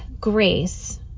grace